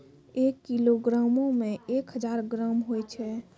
एक किलोग्रामो मे एक हजार ग्राम होय छै